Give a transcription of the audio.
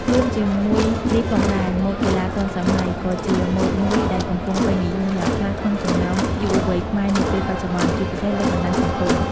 រួមជាមួយនេះផងដែរ ម៉ូដកីឡាទាន់សម័យ ក៏ជាម៉ូដមួយដែលកំពុងពេញនិយមយ៉ាងខ្លាំងក្នុងចំណោមយុវវ័យខ្មែរនាពេលបច្ចុប្បន្ន ជាពិសេសលើបណ្ដាញសង្គម។